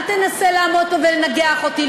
אל תנסה לעמוד פה ולנגח אותי,